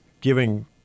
giving